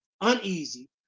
uneasy